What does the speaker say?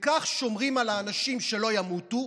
וכך שומרים על האנשים שלא ימותו,